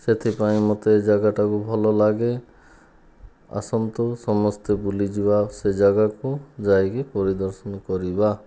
ସେଥିପାଇଁ ମୋତେ ଏ ଯାଗାଟିକୁ ଭଲ ଲାଗେ ଆସନ୍ତୁ ସମସ୍ତେ ବୁଲିଯିବା ସେ ଯାଗାକୁ ଯାଇକି ପରିଦର୍ଶନ କରିବା